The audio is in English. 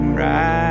right